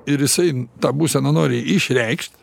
ir jisai tą būseną nori išreikšt